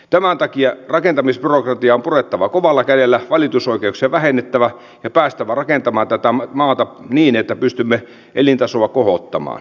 tämän takia rakentamisbyrokratiaa on purettava kovalla kädellä valitusoikeuksia vähennettävä ja päästävä rakentamaan tätä maata niin että pystymme elintasoa kohottamaan